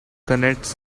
connects